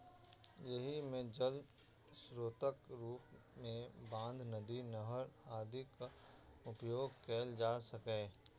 एहि मे जल स्रोतक रूप मे बांध, नदी, नहर आदिक उपयोग कैल जा सकैए